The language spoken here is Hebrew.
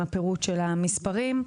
עם הפירוט של המספרים.